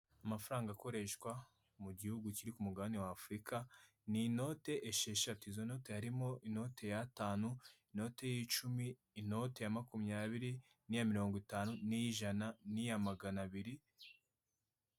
Amafaranga akoreshwa mu gihugu kiri ku mugabane wa aAurika ni inote esheshatu izo note harimo inote y'atanu, inite y'icumi, inote ya makumyabiri, n'iya mirongo itanu, n'iy'ijana, n'iya maganabiri.